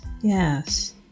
yes